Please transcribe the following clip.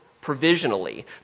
provisionally